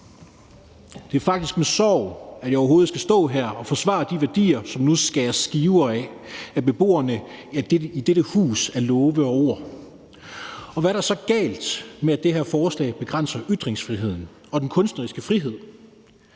Det er faktisk med sorg, at jeg overhovedet skal stå her og forsvare de værdier, som der nu skæres skiver af af beboerne i dette hus af love og ord. Hvad er der så galt med, at det her forslag begrænser ytringsfriheden og den kunstneriske frihed?